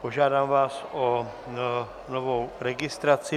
Požádám vás o novou registraci.